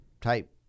type